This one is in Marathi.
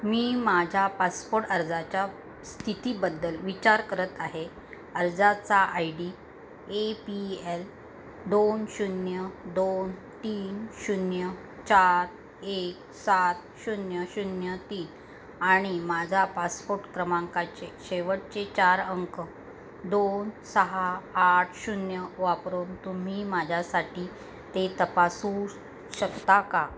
मी माझ्या पासपोर्ट अर्जाच्या स्थितीबद्दल विचार करत आहे अर्जाचा I D A P L दोन शून्य दोन तीन शून्य चार एक सात शून्य शून्य तीन आणि माझा पासपोर्ट क्रमांकाचे शेवटचे चार अंक दोन सहा आठ शून्य वापरून तुम्ही माझ्यासाठी ते तपासू शकता का